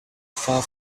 far